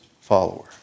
follower